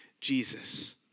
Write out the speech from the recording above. Jesus